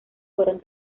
fueron